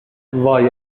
وای